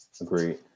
Agreed